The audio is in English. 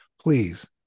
please